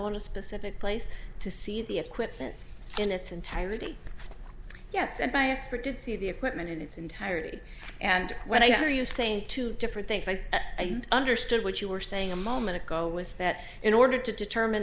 on a specific place to see the equipment in its entirety yes and my expert did see the equipment in its entirety and when i hear you saying two different things i understood what you were saying a moment ago was that in order to determine